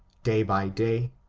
day by day,